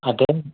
అంతేనండి